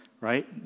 right